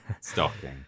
stocking